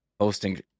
hosting